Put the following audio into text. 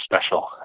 special